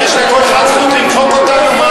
חבר הכנסת ילין, פעם ראשונה, שב במקומך.